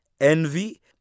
envy